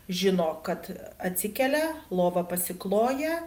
žino kad atsikelia lovą pasikloja